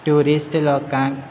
tourist लोकांक